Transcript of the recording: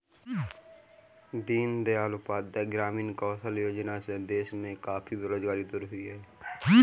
दीन दयाल उपाध्याय ग्रामीण कौशल्य योजना से देश में काफी बेरोजगारी दूर हुई है